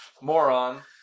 moron